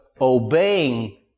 obeying